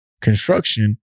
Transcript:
construction